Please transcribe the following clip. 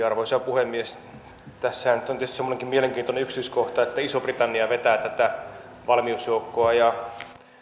arvoisa puhemies tässähän nyt on tietysti semmoinenkin mielenkiintoinen yksityiskohta että iso britannia vetää tätä valmiusjoukkoa ja